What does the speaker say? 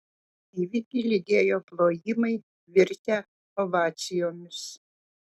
įvykį lydėjo plojimai virtę ovacijomis